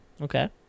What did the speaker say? Okay